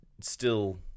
still-